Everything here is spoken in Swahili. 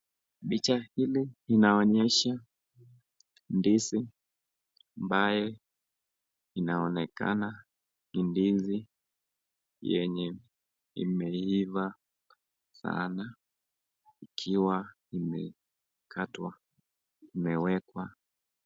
Picha hili linaonesha ndizi ambayo inaonekana ni ndizi yenye imeiva sana ikiwa imekatwa imewekwa.